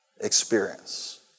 Experience